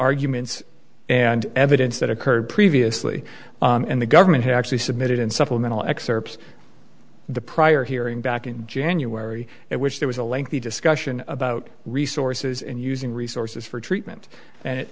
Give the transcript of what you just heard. arguments and evidence that occurred previously and the government has actually submitted and supplemental excerpts the prior hearing back in january it was there was a lengthy discussion about resources and using resources for treatment and i